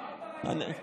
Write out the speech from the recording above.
מה שהוא אומר לך?